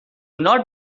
not